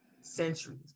centuries